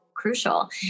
crucial